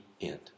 end